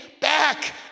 back